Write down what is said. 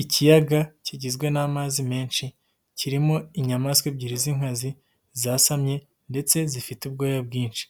Ikiyaga kigizwe n'amazi menshi kirimo inyamaswa ebyiri z'inkazi zasamye ndetse zifite ubwoya bwinshi,